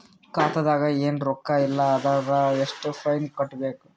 ಖಾತಾದಾಗ ಏನು ರೊಕ್ಕ ಇಲ್ಲ ಅಂದರ ಎಷ್ಟ ಫೈನ್ ಕಟ್ಟಬೇಕು?